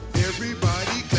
everybody